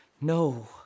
no